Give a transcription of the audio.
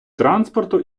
транспорту